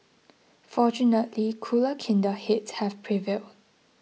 fortunately cooler kinder heads have prevailed